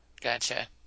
Gotcha